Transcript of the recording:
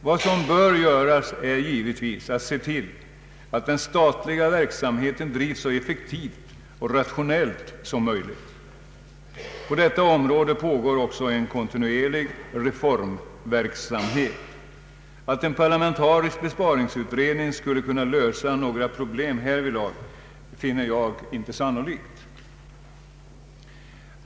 Vad som bör göras är givetvis att se till att den statliga verksamheten drivs så effektivt och rationellt som möjligt. På detta område pågår också en kontinuerlig reformverksamhet. Att en parlamentarisk besparingsutredning skulle kunna lösa några problem härvidlag finner jag inte sannolikt.